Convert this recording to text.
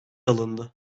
alındı